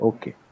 Okay